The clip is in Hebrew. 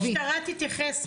תיכף המשטרה תתייחס.